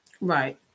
right